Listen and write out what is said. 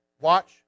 watch